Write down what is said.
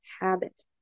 habit